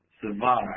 survive